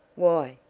why,